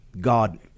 God